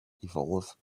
evolve